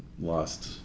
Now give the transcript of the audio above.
lost